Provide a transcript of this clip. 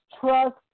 trust